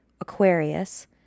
Aquarius